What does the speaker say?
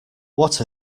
what